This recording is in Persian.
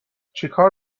چیکار